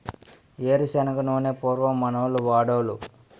ఏరు శనగ నూనె పూర్వం మనోళ్లు వాడోలు